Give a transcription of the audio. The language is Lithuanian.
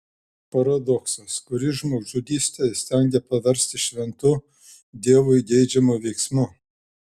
paradoksas kuris žmogžudystę įstengia paversti šventu dievui geidžiamu veiksmu